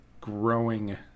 growing